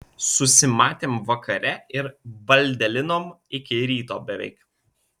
susimatėm vakare ir baldėlinom iki ryto beveik